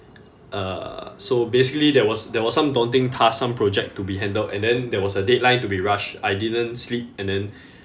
uh so basically there was there was some daunting task some project to be handled and then there was a deadline to be rushed I didn't sleep and then